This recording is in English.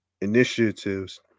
initiatives